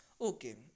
Okay